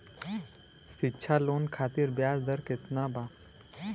शिक्षा लोन खातिर ब्याज दर केतना बा?